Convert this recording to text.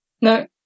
No